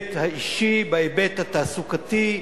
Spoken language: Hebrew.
בהיבט האישי, בהיבט התעסוקתי,